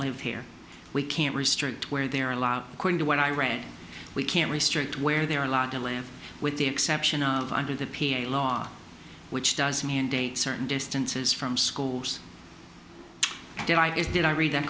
live here we can't restrict where there are a lot according to what i read we can restrict where they are allowed to land with the exception of under the p a laws which does mandate certain distances from schools did i get did i read that